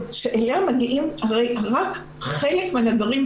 אליה מגיעים רק חלק מהדברים,